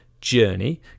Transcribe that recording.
journey